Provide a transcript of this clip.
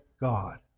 God